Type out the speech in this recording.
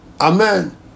Amen